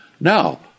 Now